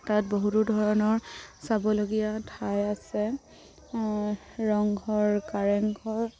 তাত বহুতো ধৰণৰ চাবলগীয়া ঠাই আছে ৰংঘৰ কাৰেংঘৰ